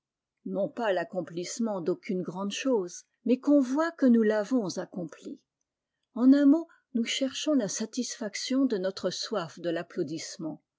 non pas l'accomplissement d'aucune grande chose mais qu'on voie que nous l'avons accomplie en un mot nous cherchons la satisfaction de notre soif de l'applaudissement